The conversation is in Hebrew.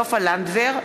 סופה לנדבר,